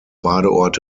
badeort